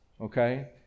Okay